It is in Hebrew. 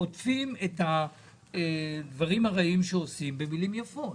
עוטפים את הדברים הרעים שעושים במילים יפות.